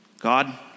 God